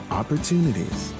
opportunities